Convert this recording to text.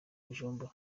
bujumbura